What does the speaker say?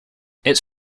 it’s